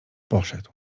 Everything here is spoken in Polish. poszedł